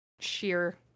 sheer